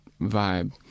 vibe